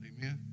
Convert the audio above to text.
amen